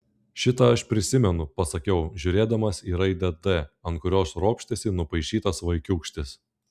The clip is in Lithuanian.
šitą aš prisimenu pasakiau žiūrėdamas į raidę d ant kurios ropštėsi nupaišytas vaikiūkštis